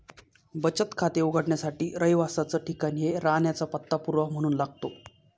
बचत खाते उघडण्यासाठी रहिवासाच ठिकाण हे राहण्याचा पत्ता पुरावा म्हणून लागतो